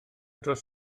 dros